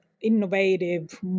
innovative